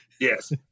Yes